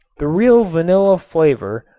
the real vanilla flavor,